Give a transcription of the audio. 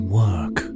work